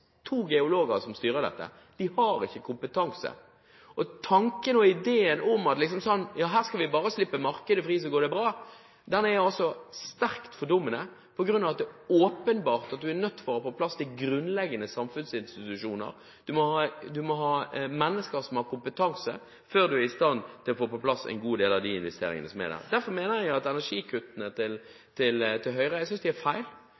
to geologer – to geologer som styrer dette! De har ikke kompetanse. Tanken og ideen om at her skal vi bare slippe markedet fri, så går det bra, er sterkt fordummende på grunn av at det er åpenbart at du er nødt til å ha på plass grunnleggende samfunnsinstitusjoner. Du må ha mennesker som har kompetanse før du er i stand til å få på plass en god del av de investeringene som trengs. Derfor mener jeg at energikuttene til Høyre er feil.